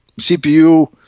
CPU